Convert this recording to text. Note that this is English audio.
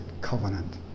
covenant